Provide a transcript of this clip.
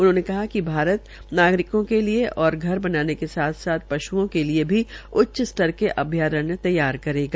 उन्होंने कहा कि भारत नागरिकों के लिये और घर बनाने के साथ साथ पश्ओं के उच्च स्तर अभ्यारण तैयार करेगा